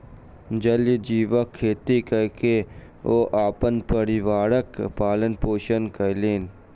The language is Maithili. जलीय जीवक खेती कय के ओ अपन परिवारक पालन पोषण कयलैन